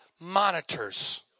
monitors